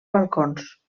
balcons